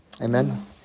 Amen